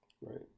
right